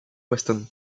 weston